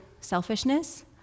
selfishness